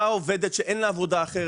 באה עובדת שאין לה עבודה אחרת,